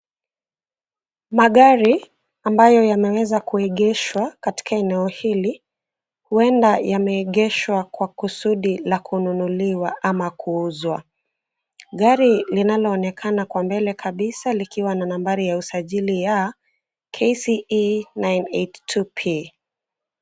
Magari ambayo yameweza kuegeshwa katika eneo hili huenda yameegeshwa kwa kusudi la kununuliwa ama kuuzwa. Gari linaloonekana kwa mbele kabisa likiwa na nambari ya usajili ya KCE 982 P.